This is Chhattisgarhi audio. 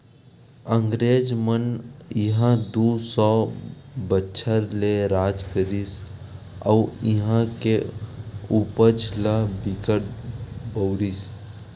अंगरेज मन इहां दू सौ बछर ले राज करिस अउ इहां के उपज ल बिकट बउरिस